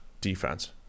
defense